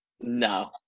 No